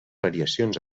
variacions